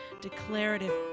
declarative